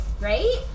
right